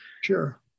Sure